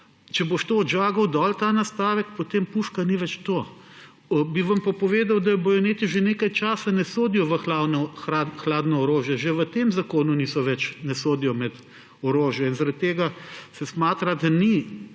Če boš to odžagal ta nastavek, potem puška ni več to. Bi vam pa povedal, da bajoneti že nekaj časa ne sodijo v hladno orožje. Že v tem zakonu ne sodijo med orožje in zaradi tega se smatra, da